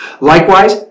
Likewise